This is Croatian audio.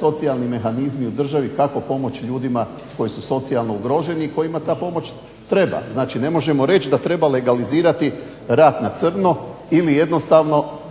socijalni mehanizmi u državi kako pomoći ljudima koji su socijalno ugroženi i kojima ta pomoć treba. Znači ne možemo reći da treba legalizirati rad na crno ili jednostavno